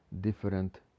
different